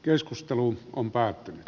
keskustelu on päättynyt